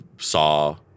saw